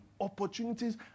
opportunities